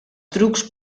trucs